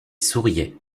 souriait